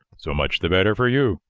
so much the better for you!